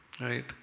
right